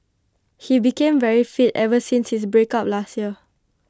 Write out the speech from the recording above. he became very fit ever since his breakup last year